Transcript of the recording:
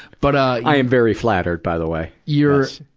but i i am very flattered, by the way. you're,